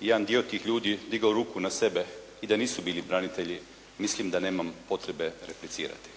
jedan dio tih ljudi digao ruku na sebe i da nisu bili branitelji mislim da nemam potrebe replicirati.